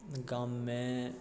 गाममे